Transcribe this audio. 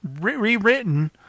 rewritten